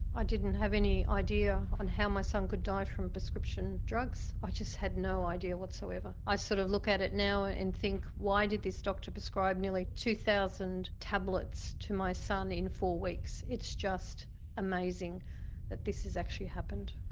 i didn't have any idea on how my son could die from prescription drugs, i just had no idea whatsoever. i sort of look at it now and think why did this doctor prescribe nearly two thousand tablets to my son in four weeks, it's just amazing that this has actually happened.